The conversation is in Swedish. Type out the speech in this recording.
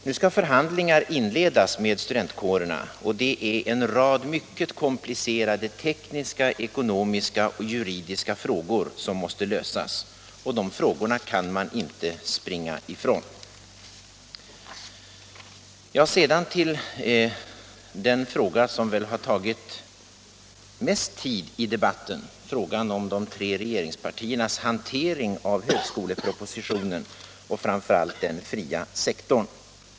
Nu skall förhandlingar inledas med studentkårerna, och det är en rad mycket komplicerade tekniska, ekonomiska och juridiska frågor som måste lösas. De problemen kan man inte springa ifrån. Sedan till den fråga som väl har tagit mest tid i debatten — frågan om de tre regeringspartiernas hantering av högskolepropositionen och framför allt den fria sektorn.